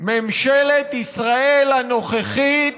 ממשלת ישראל הנוכחית